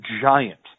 giant